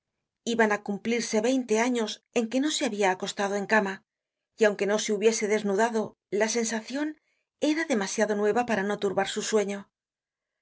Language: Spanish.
iban á cumplirse veinte años en que no se habia acostado en cama y aunque no se hubiese desnudado la sensacion era demasiado nueva para no turbar su sueño